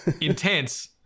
intense